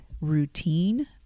routine